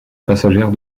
passagère